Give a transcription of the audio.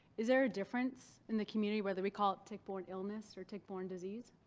is there a difference in the community whether we call it tick-borne illness or tick-borne disease?